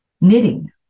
Knitting